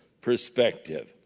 perspective